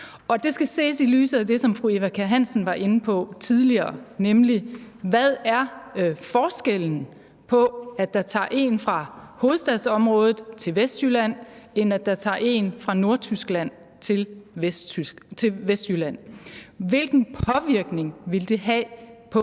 det skal ses i lyset af det, som fru Eva Kjer Hansen var inde på tidligere, nemlig: Hvad er forskellen på, at en fra hovedstadsområdet tager til Vestjylland, og at en fra Nordtyskland tager til Vestjylland? Hvilken påvirkning vil det have på